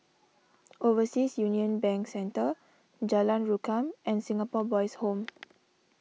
Overseas Union Bank Centre Jalan Rukam and Singapore Boys' Home